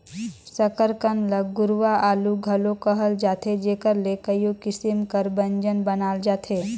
सकरकंद ल गुरूवां आलू घलो कहल जाथे जेकर ले कइयो किसिम कर ब्यंजन बनाल जाथे